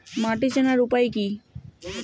মাটি চেনার উপায় কি?